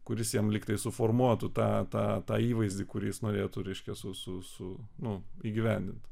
kuris jam lygtai suformuotų tą tą tą įvaizdį kuris norėtų reiškia su su nu įgyvendint